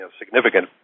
significant